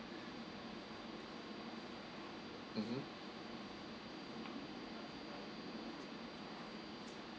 mmhmm